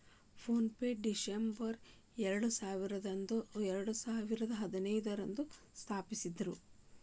phone ಪೆನ December ಎರಡಸಾವಿರದ ಹದಿನೈದ್ರಾಗ ಸ್ಥಾಪಿಸಿದ್ರು